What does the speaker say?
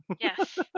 yes